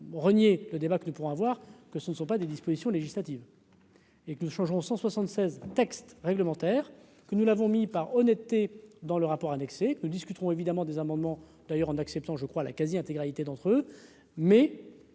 renier le débat que nous pourrons avoir, que ce ne sont pas des dispositions législatives. Et que nous changeront 176 textes réglementaires que nous l'avons mis par honnêteté dans le rapport annexé nous discuterons évidemment des amendements d'ailleurs en acceptant je crois la quasi-intégralité d'entre eux, mais